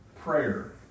prayer